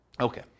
Okay